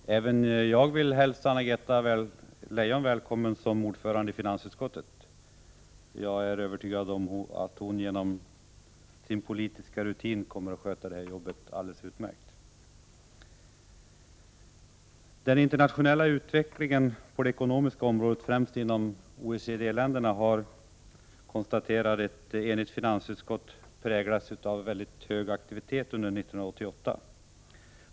Herr talman! Även jag vill hälsa Anna-Greta Leijon välkommen som ordförande i finansutskottet. Jag är övertygad om att hon genom sin politiska rutin kommer att sköta det jobbet alldeles utmärkt. Den internationella utvecklingen på det ekonomiska området, främst inom OECD-länderna, har, konstaterar ett enigt finansutskott, präglats av en hög aktivitet under 1988.